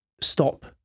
stop